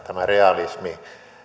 tämä realismi